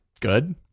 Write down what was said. Good